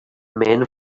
men